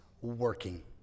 working